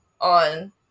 on